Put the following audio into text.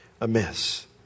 amiss